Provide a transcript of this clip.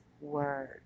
word